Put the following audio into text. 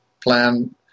plan